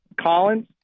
Collins